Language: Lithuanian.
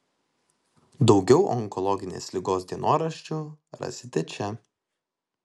daugiau onkologinės ligos dienoraščių rasite čia